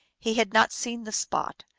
he had not seen the spot,